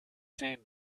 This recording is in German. zehn